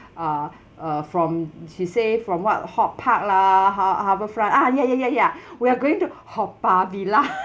uh uh from she say from what hort park lah har~ harbourfront ah ya ya ya ya we are going to haw par villa